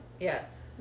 Yes